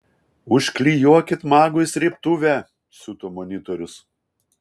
užklijuokit magui srėbtuvę siuto monitorius